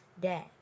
Dad